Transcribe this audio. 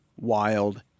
wild